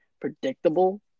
predictable